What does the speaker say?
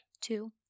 Two